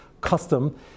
Custom